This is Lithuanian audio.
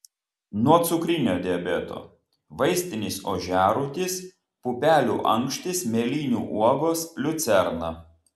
nuo cukrinio diabeto vaistinis ožiarūtis pupelių ankštys mėlynių uogos liucerna